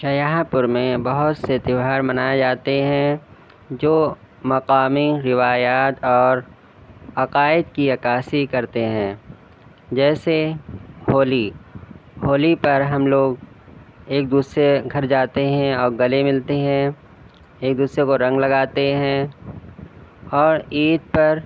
شاہجہاں پور میں بہت سے تیوہار منائے جاتے ہیں جو مقامی روایات اور عقائد كی عكاسی کرتے ہیں جیسے ہولی ہولی پر ہم لوگ ایک دوسرے کے گھر جاتے ہیں اور گلے ملتے ہیں ایک دوسرے کو رنگ لگاتے ہیں اور عید پر